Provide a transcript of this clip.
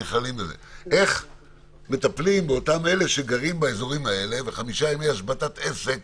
איך מטפלים באותם אלה שגרים באזורים האלה וחמישה ימי השבתת עסק